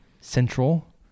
Central